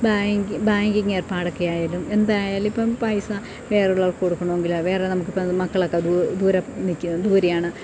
banking banking ഏർപ്പാടൊക്കെ ആയാലും എന്തായാലും ഇപ്പം പൈസ വേറുള്ളവർക്ക് കൊടുക്കണമെങ്കിൽ വേറെ നമുക്കിപ്പം മക്കളൊക്കെ ദൂരെ നിൽക്കാ ദൂരെയാണ്